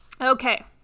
Okay